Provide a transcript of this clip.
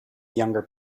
younger